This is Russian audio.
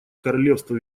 королевства